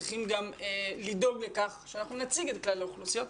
צריכים גם לדאוג לכך שאנחנו נציג את כלל האוכלוסיות,